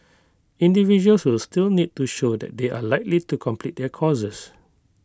individuals will still need to show that they are likely to complete their courses